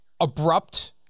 abrupt